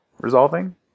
resolving